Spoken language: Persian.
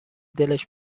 دلش